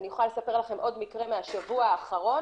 אני יכולה לספר לכם עוד מקרה מהשבוע האחרון